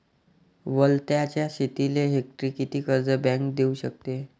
वलताच्या शेतीले हेक्टरी किती कर्ज बँक देऊ शकते?